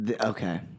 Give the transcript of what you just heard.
Okay